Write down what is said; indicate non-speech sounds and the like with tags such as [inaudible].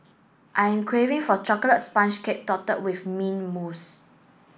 I am craving for a chocolate sponge cake [unintelligible] with mint mousse